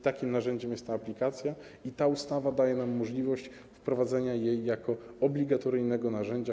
Takim narzędziem jest ta aplikacja i ta ustawa daje nam możliwość wprowadzenia jej jako obligatoryjnego narzędzia.